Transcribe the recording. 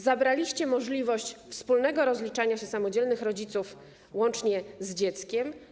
Zabraliście możliwość wspólnego rozliczania się samodzielnych rodziców z dzieckiem.